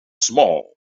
small